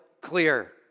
clear